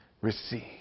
receive